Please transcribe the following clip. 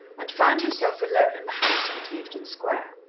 and found herself alone in the house in clevedon square.